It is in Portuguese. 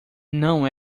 não